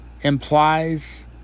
implies